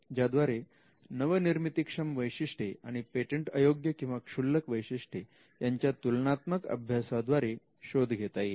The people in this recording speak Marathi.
ज्याद्वारे नवनिर्मितीक्षम वैशिष्ट्ये आणि पेटंट अयोग्य किंवा क्षुल्लक वैशिष्ट्ये यांच्या तुलनात्मक अभ्यासाद्वारे शोध घेता येईल